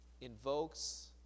invokes